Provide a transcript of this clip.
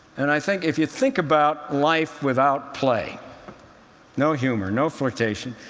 and i think if you think about life without play no humor, no flirtation,